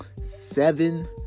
seven